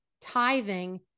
tithing